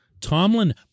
Tomlin